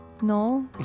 No